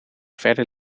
verder